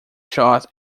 shot